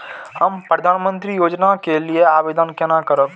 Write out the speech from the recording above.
हम प्रधानमंत्री योजना के लिये आवेदन केना करब?